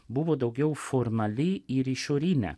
buvo daugiau formali ir išorinė